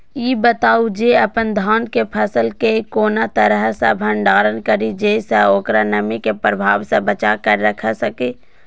ई बताऊ जे अपन धान के फसल केय कोन तरह सं भंडारण करि जेय सं ओकरा नमी के प्रभाव सं बचा कय राखि सकी?